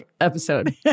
episode